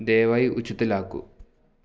ദയവായി ഉച്ചത്തിലാക്കൂ